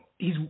hes